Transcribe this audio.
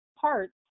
parts